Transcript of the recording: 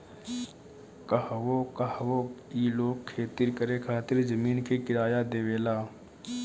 कहवो कहवो ई लोग खेती करे खातिर जमीन के किराया देवेला